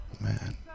Man